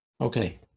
Okay